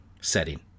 setting